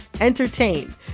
entertain